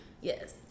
yes